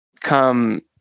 come